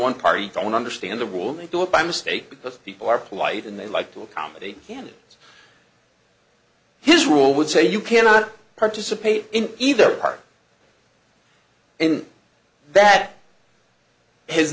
one party don't understand the rules and do it by mistake because people are polite and they like to accommodate candidates his rule would say you cannot participate in either party and that has